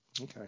Okay